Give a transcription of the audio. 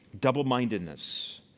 double-mindedness